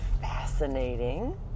fascinating